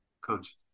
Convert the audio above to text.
Coach